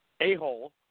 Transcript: a-hole